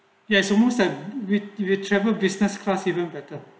yes almost than with your travel business class even better